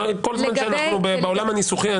כל זמן שאנחנו בעולם הניסוחי,